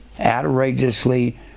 outrageously